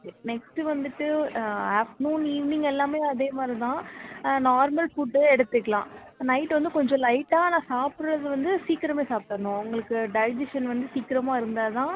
next வந்துட்டு afternoon evening எல்லாமே அதே மாதிரி தான் நார்மல் ஃபுட்டேயே எடுத்துக்கலாம் நைட்டு வந்து கொஞ்சம் லைட்டாக ஆனால் சாப்பிட்றது வந்து சீக்கிரமே சாப்பிட்றணும் உங்களுக்கு டைஜிஷன் வந்து சீக்கிரமாக இருந்தால் தான்